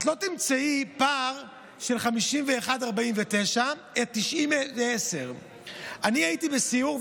את לא תמצאי פער של 49% 51% אלא 10% 90%. אני הייתי בסיור,